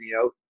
out